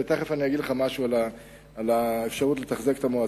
ותיכף אגיד לך משהו על האפשרות לתחזק את המועצה,